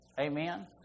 Amen